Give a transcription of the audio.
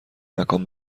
مکان